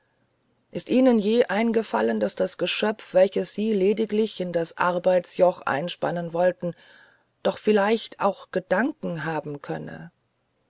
ist ihnen je eingefallen daß das geschöpf welches sie lediglich in das arbeitsjoch einspannen wollten doch vielleicht auch gedanken haben könne